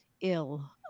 ill